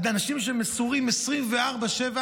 אנשים שמסורים 24/7,